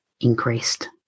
increased